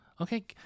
Okay